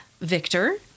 Victor